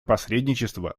посредничества